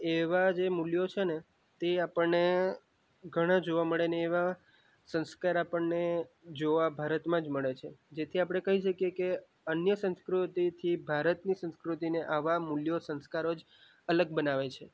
એવાં જે મૂલ્યો છે ને તે આપણને ઘણા જોવા મળે ને એવા સંસ્કાર આપણને જોવા ભારતમાં જ મળે છે જેથી આપણે કહી શકીએ કે અન્ય સંસ્કૃતિથી ભારતની સંસ્કૃતિને આવાં મૂલ્યો સંસ્કારો જ અલગ બનાવે છે